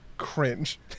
Cringe